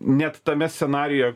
net tame scenarijuje